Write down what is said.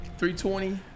320